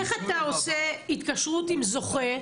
איך אתה עושה התקשרות עם זוכה,